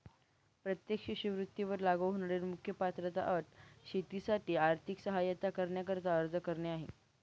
प्रत्येक शिष्यवृत्ती वर लागू होणारी मुख्य पात्रता अट शेतीसाठी आर्थिक सहाय्यता करण्याकरिता अर्ज करणे आहे